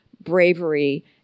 bravery